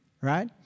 Right